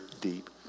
deep